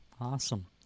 Awesome